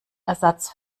ersatz